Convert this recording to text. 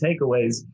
takeaways